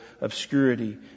obscurity